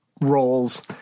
roles